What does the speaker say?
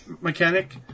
mechanic